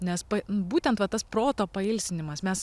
nes būtent va tas proto pailsinimas mes